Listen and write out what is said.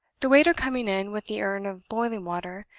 the waiter coming in, with the urn of boiling water,